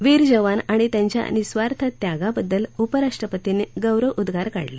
वीर जवान आणि त्यांच्या निःस्वार्थ त्यागाबद्दल उपराष्ट्रपतींनी गौरवोद्वार काढले